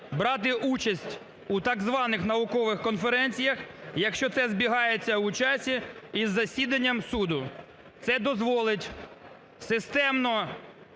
брати участь у так званих наукових конференціях, якщо це збігається у часі із засіданням суду. Це дозволить системно